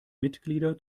mitglieder